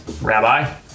Rabbi